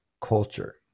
culture